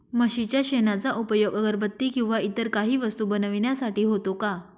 म्हशीच्या शेणाचा उपयोग अगरबत्ती किंवा इतर काही वस्तू बनविण्यासाठी होतो का?